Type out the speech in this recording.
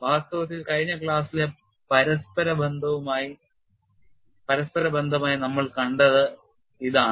വാസ്തവത്തിൽ കഴിഞ്ഞ ക്ലാസിലെ പരസ്പര ബന്ധമായി നമ്മൾ കണ്ടത് ഇതാണ്